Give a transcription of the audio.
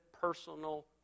personal